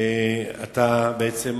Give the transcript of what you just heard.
אתה בעצם